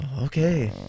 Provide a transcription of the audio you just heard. okay